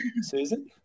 Susan